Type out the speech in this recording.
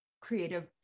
creative